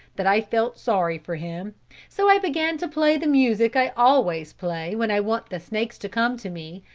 that i felt sorry for him so i began to play the music i always play when i want the snakes to come to me,